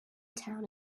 town